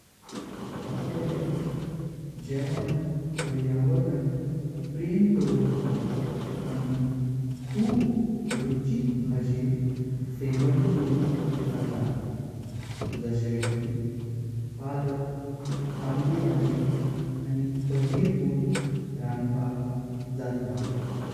आपले जेवण पर्यावरण प्रेम दवपाक आमी खूप रुचिक भाजी सेवन करुंक जाता। जासी की, पालक, तबडी भाजी आनी पननीर पण रणपाक जाता।